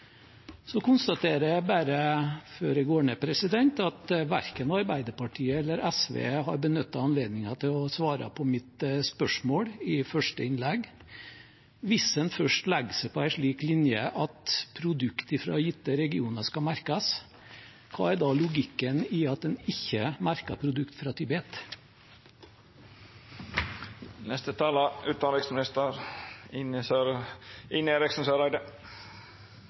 Så konstaterer jeg bare – før jeg går ned – at verken Arbeiderpartiet eller SV har benyttet anledningen til å svare på mitt spørsmål i mitt første innlegg. Hvis en først legger seg på en slik linje at produkter fra gitte regioner skal merkes, hva er da logikken i at en ikke merker produkter fra Tibet?